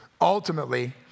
ultimately